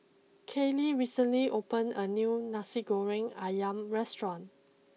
Kaylie recently opened a new Nasi Goreng Ayam restaurant